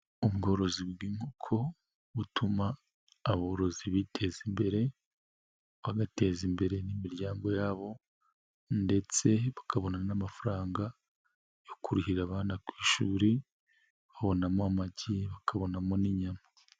Ubworozi bw'inkoko butuma aborozi biteza imbere bagateza imbere n'imiryango yabo ndetse bakabona n'amafaranga yo kurihirira abana ku ishuri babonamo amagi bakabonamo n'inyama.